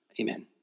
Amen